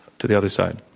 to the other side.